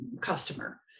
customer